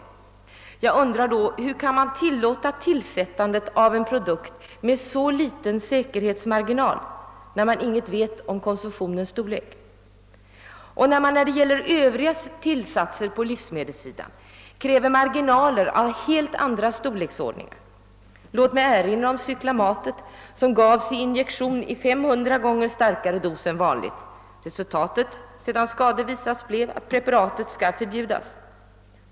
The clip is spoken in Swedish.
Och jag undrar hur man kan tillåta tillsättandet av en produkt med en så liten säkerhetsmarginal när man inte vet något om konsumtionens storlek. Beträffande övriga tillsatser på livsmedelssidan krävs ju marginaler av helt annan storleksordning. Låt mig erinra om cyklamatet som gavs i injektion i 500 gånger starkare dos än vanligt. Resultatet har sedan skador påvisats blivit att preparatet skall förbjudas.